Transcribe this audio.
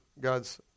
God's